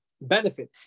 benefit